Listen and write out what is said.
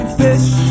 fish